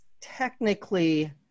technically